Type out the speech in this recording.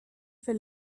für